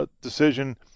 decision